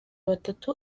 batatu